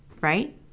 Right